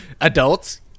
Adults